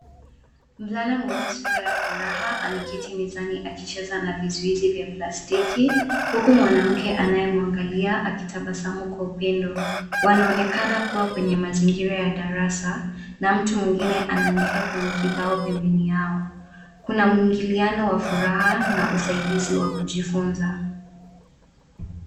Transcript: Mvulana mwenye sura ya furaha ameketi mezani akicheza na vizuizi vya plastiki huku mwanamke anayemwangalia akitabasamu kwa upendo wanaonekana kua kwenye mazingira ya darasa na mtu mwingine anaandika kwenye kibao pembeni yao kuna mwingiliano wa furaha na usaidizi wa kujifunza.